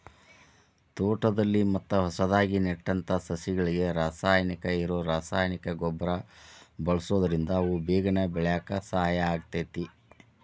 ತೋಟದಲ್ಲಿ ಮತ್ತ ಹೊಸದಾಗಿ ನೆಟ್ಟಂತ ಸಸಿಗಳಿಗೆ ಸಾರಜನಕ ಇರೋ ರಾಸಾಯನಿಕ ಗೊಬ್ಬರ ಬಳ್ಸೋದ್ರಿಂದ ಅವು ಬೇಗನೆ ಬೆಳ್ಯಾಕ ಸಹಾಯ ಆಗ್ತೇತಿ